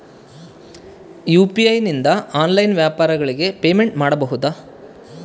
UPI ನಿಂದ online ವ್ಯಾಪಾರಗಳಿಗೆ payment ಮಾಡಬಹುದಾ?